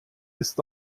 ist